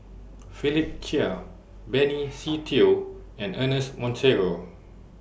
Philip Chia Benny Se Teo and Ernest Monteiro